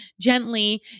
gently